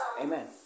Amen